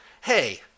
hey